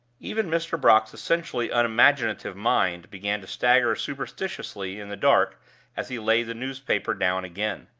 even mr. brock's essentially unimaginative mind began to stagger superstitiously in the dark as he laid the newspaper down again.